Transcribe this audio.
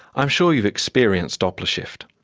i'm sure you've experienced doppler shift.